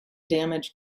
damage